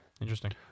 Interesting